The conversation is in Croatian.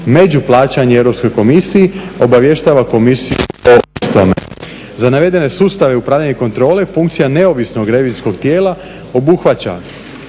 međuplaćanje europskoj komisiji obavještava komisiju o tome. Za navedene sustave upravljanja i kontrole funkcija neovisnog revizijskog tijela obuhvaća